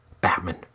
Batman